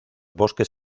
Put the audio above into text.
bosques